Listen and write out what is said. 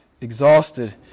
exhausted